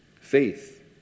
faith